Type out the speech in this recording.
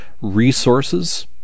resources